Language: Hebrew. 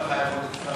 לא לא.